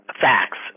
facts